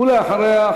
ואחריה,